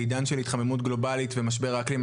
בעידן של התחממות הגלובלית ומשבר האקלים,